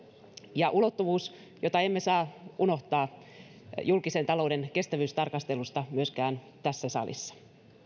ja ulottuvuus jota emme saa unohtaa julkisen talouden kestävyystarkastelusta myöskään tässä salissa